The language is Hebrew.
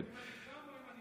אני אומר תודה.